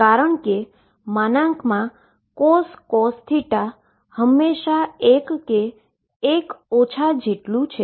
કારણ કે |cos θ | હંમેશાં એક કે એક ઓછા જેટલું છે